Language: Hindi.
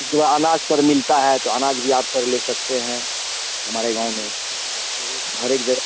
जैसे वह अनाज सर मिलता है तो अनाज भी आप सर ले सकते हैं हमारे गाँव में हर एक जगह